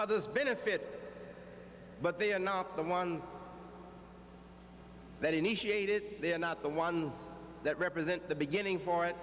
others benefit but they are not the one that initiated they are not the one that represent the beginning for it